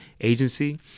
agency